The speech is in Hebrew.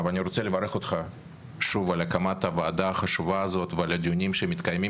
אני אגיע מהר מאוד לעיקר כי השקפים הראשונים הם בעיקר